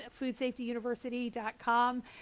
foodsafetyuniversity.com